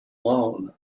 loan